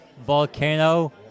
volcano